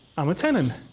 i'm a tenon.